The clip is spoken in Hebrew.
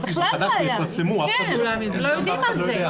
לא יודעים על זה.